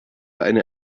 eine